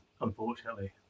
unfortunately